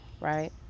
right